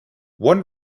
one